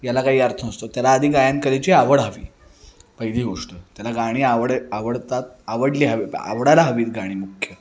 याला काही अर्थ नसतो त्याला आधी गायन कलेची आवड हवी पहिली गोष्ट त्याला गाणी आवड आवडतात आवडली हवी आवडायला हवी आहेत गाणी मुख्य